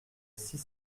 six